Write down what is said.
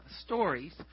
stories